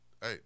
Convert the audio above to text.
hey